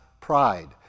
pride